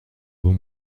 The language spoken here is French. beau